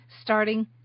starting